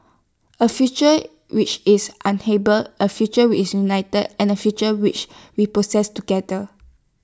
A future which is A future which is united and A future which we process together